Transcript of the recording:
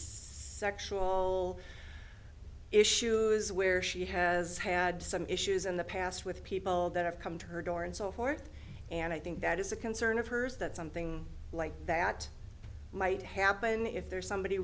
sexual issue where she has had some issues in the past with people that have come to her door and so forth and i think that is a concern of hers that something like that might happen if there's somebody